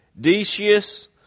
Decius